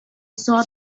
saw